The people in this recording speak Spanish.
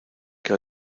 que